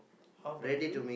how about you